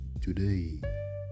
today